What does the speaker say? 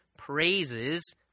praises